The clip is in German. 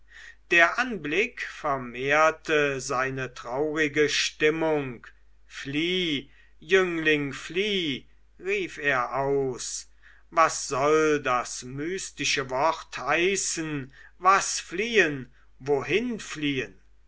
der anblick vermehrte seine traurige stimmung flieh jüngling flieh rief er aus was soll das mystische wort heißen was fliehen wohin fliehen